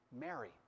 Mary